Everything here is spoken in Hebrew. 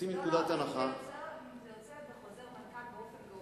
יוצא חוזר מנכ"ל באופן גורף?